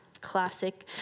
classic